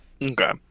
Okay